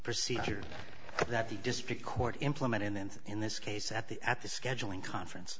procedure that the district court implement and then in this case at the at the scheduling conference